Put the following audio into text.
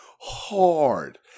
hard